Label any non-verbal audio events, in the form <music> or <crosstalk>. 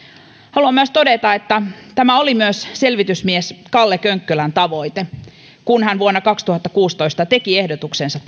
haluan myös todeta että tämä oli myös selvitysmies kalle könkkölän tavoite kun hän vuonna kaksituhattakuusitoista teki ehdotuksensa <unintelligible>